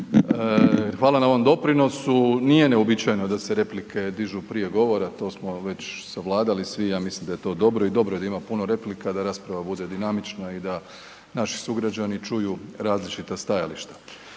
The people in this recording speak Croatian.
Hvala na ovom doprinosu. Nije neuobičajeno da se replike dižu prije govora, to smo već savladali svi, ja mislim da je to dobro i dobro je da ima puno replika da rasprava bude dinamična i da naši sugrađani čuju različita stajališta.